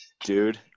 Dude